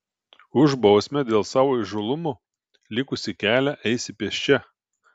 už bausmę dėl savo įžūlumo likusį kelią eisi pėsčia